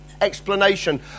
Explanation